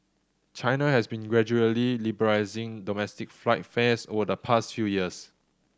China has been gradually liberalising domestic flight fares over the past few years